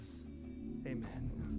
Amen